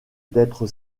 d’être